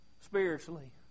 spiritually